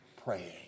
praying